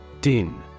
Din